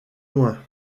loin